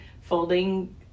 folding